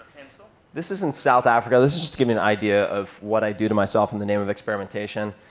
and so this is in south africa. this is just to give you an idea of what i do to myself in the name of experimentation.